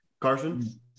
Carson